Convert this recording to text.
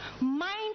Mind